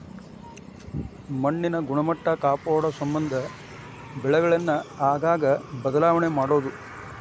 ಮಣ್ಣಿನ ಗುಣಮಟ್ಟಾ ಕಾಪಾಡುಸಮಂದ ಬೆಳೆಗಳನ್ನ ಆಗಾಗ ಬದಲಾವಣೆ ಮಾಡುದು